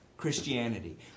Christianity